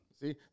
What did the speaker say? See